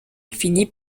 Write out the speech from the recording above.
finit